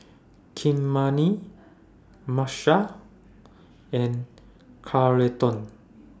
Kymani Marshal and Carleton